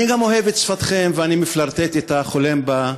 אני גם אוהב את שפתכם ואני מפלרטט אתה, חולם בה,